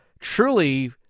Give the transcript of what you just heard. truly